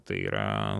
tai yra